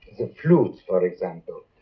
flute, for example.